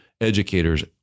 educators